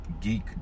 geek